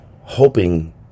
hoping